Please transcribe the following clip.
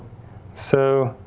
so,